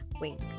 wink